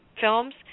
films